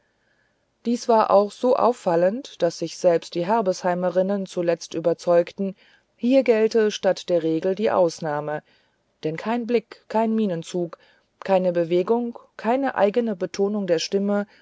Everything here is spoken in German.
dies war auch so auffallend daß sich selbst die herbesheimerinnen zuletzt überzeugten hier gelte statt der regel die ausnahme denn kein blick kein mienenzug keine bewegung keine eigene betonung der stimme